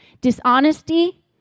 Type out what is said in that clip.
Dishonesty